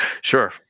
Sure